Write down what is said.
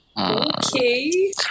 Okay